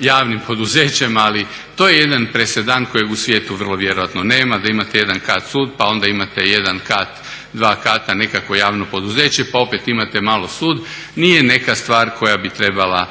javnim poduzećem, ali to je jedan presedan kojeg u svijetu vrlo vjerojatno nema, da imate jedan kat sud pa onda imate dva kata nekakvo javno poduzeće pa opet imate malo sud, nije neka stvar koja bi trebala